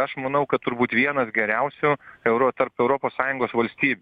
aš manau kad turbūt vienas geriausių euro tarp europos sąjungos valstybių